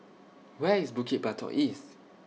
Where IS Bukit Batok East